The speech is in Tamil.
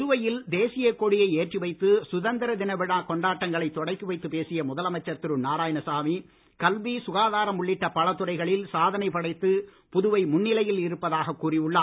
புதுவையில் தேசியக் கொடியை ஏற்றி வைத்து சுதந்திர தினவிழா கொண்டாட்டங்களை தொடக்கி வைத்துப் பேசிய முதலமைச்சர் திரு நாராயணசாமி கல்வி சுகாதாரம் உள்ளிட்ட பல துறைகளில் சாதனை படைத்து புதுவை முன்நிலையில் இருப்பதாக கூறி உள்ளார்